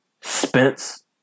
Spence